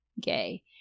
gay